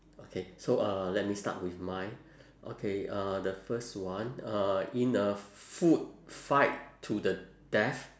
okay so uh let me start with mine okay uh the first one uh in a food fight to the death